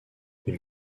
une